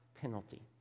penalty